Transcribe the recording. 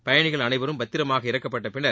பயணிகள் அனைவரும் பத்திரமாக இறக்கப்பட்ட பின்னர்